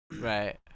Right